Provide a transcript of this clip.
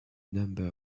number